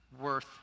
worth